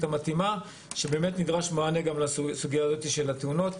המתאימה שנדרשת לסוגייה הזו של התאונות.